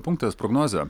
punktas prognozė